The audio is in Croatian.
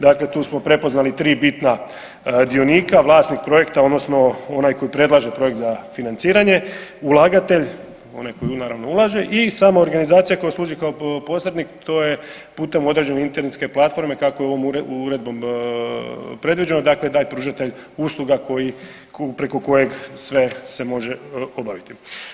Dakle, tu smo prepoznali tri bitna dionika, vlasnik projekta odnosno onaj koji predlaže projekt za financiranje, ulagatelj onaj koji naravno ulaže i samoorganizacija koja služi kao posrednik to je putem određene internetske platforme kako je ovom uredbom predviđeno, dakle taj pružatelj usluga koji, preko kojeg sve se može obaviti.